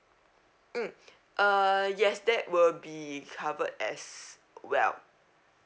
mm err yes that will be covered as well